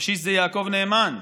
הפשיסט זה יעקב נאמן,